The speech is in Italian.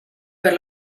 per